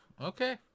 okay